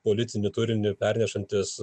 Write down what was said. politinį turinį pernešantis